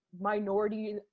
minority